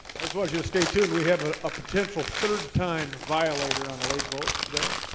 i suppose you two stay tuned we have ah a potential third time violator on a late vote today.